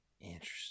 Interesting